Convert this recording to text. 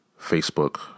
Facebook